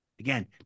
Again